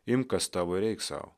imk kas tavo ir eik sau